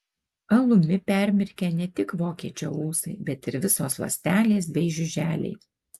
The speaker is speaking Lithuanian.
alumi permirkę ne tik vokiečio ūsai bet ir visos ląstelės bei žiuželiai